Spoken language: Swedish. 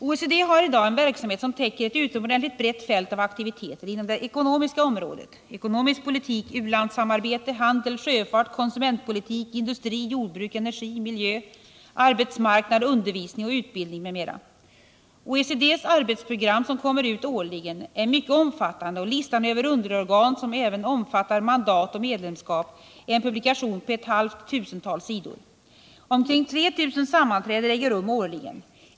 OECD har i dag en verksamhet, som täcker ett utomordentligt brett fält av aktiviteter inom det ekonomiska området: ekonomisk politik, u-landssamarbete, handel, sjöfart, konsumentpolitik, industri, jordbruk, energi, miljö, arbetsmarknad, undervisning och utbildning, m.m. OECD:s arbetsprogram, som kommer ut årligen, är mycket omfattande och listan över underorgan, som även omfattar mandat och medlemskap, är en publikation på ett halvt tusental sidor. Omkring 3000 sammanträden äger rum årligen.